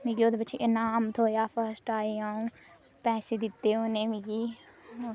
मिगी ओहदे बिच इनाम थ्होया फर्स्टडइगीेू़ आई अ'ऊं पैसे दिते उनें मिगी और